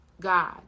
God